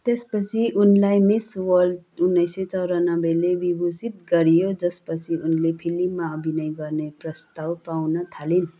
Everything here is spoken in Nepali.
त्यसपछि उनलाई मिस वर्ल्ड उन्नाइस सय चौरानब्बेले विभूषित गरियो जसपछि उनले फिल्ममा अभिनय गर्ने प्रस्ताव पाउन थालिन्